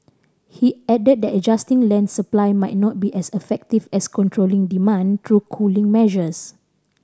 he added that adjusting land supply might not be as effective as controlling demand through cooling measures